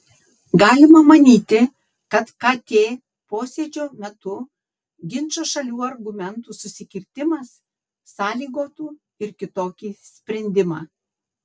galima manyti kad kt posėdžio metu ginčo šalių argumentų susikirtimas sąlygotų ir kitokį sprendimą